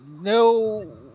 no